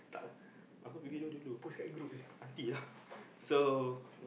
tak lah aku ambil video dulu nanti lah so